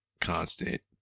constant